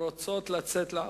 ורוצות לצאת לעבודה.